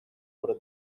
over